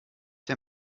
der